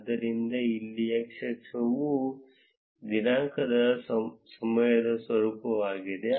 ಆದ್ದರಿಂದ ಇಲ್ಲಿ x ಅಕ್ಷವು ದಿನಾಂಕದ ಸಮಯದ ಸ್ವರೂಪವಾಗಿದೆ